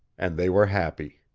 and they were happy.